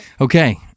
Okay